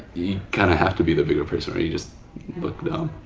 you kind of have to be the bigger person where you just look dumb.